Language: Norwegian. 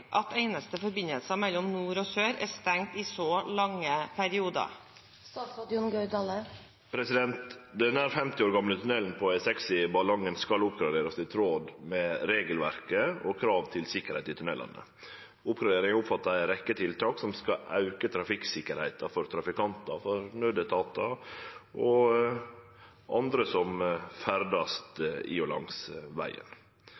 at eneste forbindelse mellom nord og sør er stengt i så lange perioder?» Den nær 50 år gamle tunnelen på E6 i Ballangen skal oppgraderast i tråd med regelverket og krav til tryggleik i tunnelane. Oppgraderinga omfattar ei rekkje tiltak som skal auke trafikktryggleiken for trafikantar, naudetatar og andre som ferdast på og langs vegen.